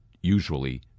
usually